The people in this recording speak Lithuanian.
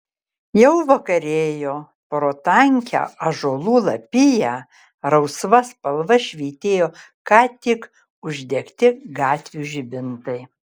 jau vakarėjo pro tankią ąžuolų lapiją rausva spalva švytėjo ką tik uždegti gatvių žibintai